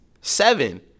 seven